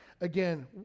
Again